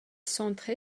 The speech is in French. centré